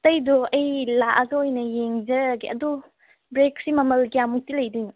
ꯑꯇꯩꯗꯨ ꯑꯩ ꯂꯥꯛꯂꯒ ꯑꯣꯏꯅ ꯌꯦꯡꯖꯔꯒꯦ ꯑꯗꯨ ꯕ꯭ꯔꯦꯛꯁꯤ ꯃꯃꯜ ꯀꯌꯥꯃꯨꯛꯇꯤ ꯂꯩꯗꯣꯏꯅꯣ